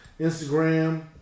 Instagram